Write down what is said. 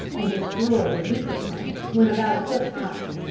and destroy the weaker plants when about a foot high.